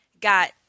got